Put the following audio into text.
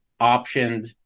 optioned